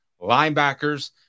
linebackers